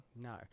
No